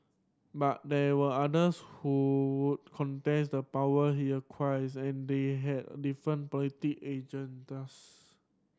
but there were others who would contest the power he acquires and they had different agendas